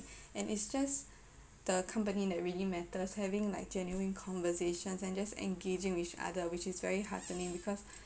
and it's just the company that really matters having like genuine conversations and just engaging with each other which is very heartening because